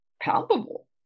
palpable